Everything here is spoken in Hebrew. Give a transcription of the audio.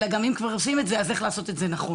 אלא אם כבר עושים את זה אז איך לעשות את זה נכון,